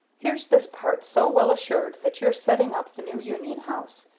here's this part so well assured that you're setting up the new union house!